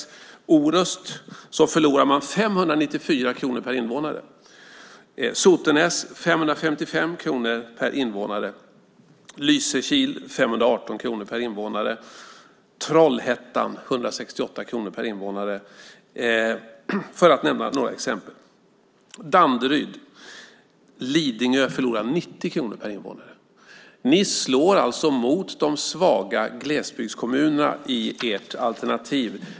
I Orust förlorar man 594 kronor per invånare, i Sotenäs 555 kronor per invånare, i Lysekil 518 kronor per invånare och i Trollhättan 168 kronor per invånare. Danderyd och Lidingö förlorar 90 kronor per invånare. Ni slår alltså mot de svaga glesbygdskommunerna i ert alternativ.